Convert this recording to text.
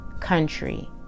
country